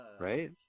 right